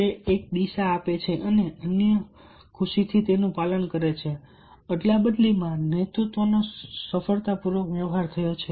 તે એક દિશા આપે છે અને અન્ય ખુશીથી તેનું પાલન કરે છે અદલાબદલીમાં નેતૃત્વનો સફળતાપૂર્વક વ્યવહાર થયો છે